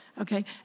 okay